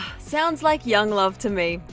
sounds like young love to me!